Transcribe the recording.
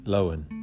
Lowen